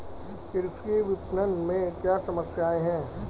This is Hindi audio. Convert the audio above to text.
कृषि विपणन में क्या समस्याएँ हैं?